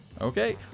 Okay